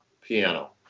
piano